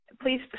please